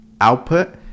output